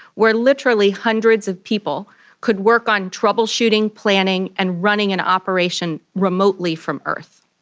where literally hundreds of people could work on troubleshooting, planning and running an operation remotely from earth.